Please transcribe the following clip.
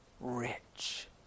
rich